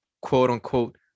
quote-unquote